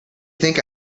think